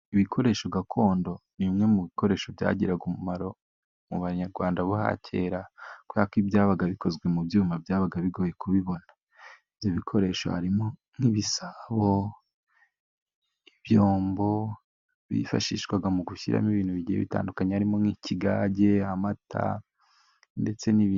Ibikoresho gakondo ni bimwe mu bikoresho byagiraga umumaro mu banyarwanda bakera kubera ko ibyabaga bikozwe mu byuma, byabaga bigoye kubibona. Ibyo bikoresho harimo nk'ibisabo, ibyombo. Byifashishwaga mu gushyiramo ibintu bigiye bitandukanye, harimo nk'ikigage, amata ndetse n'ibindi.